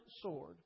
sword